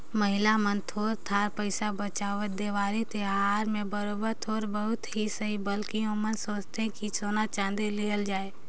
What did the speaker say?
महिला मन थोर थार पइसा बंचावत, देवारी तिहार में बरोबेर थोर बहुत ही सही बकि ओमन सोंचथें कि सोना चाँदी लेहल जाए